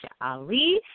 Ali